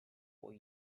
will